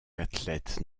athlètes